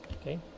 okay